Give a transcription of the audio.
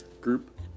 group